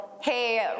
Hey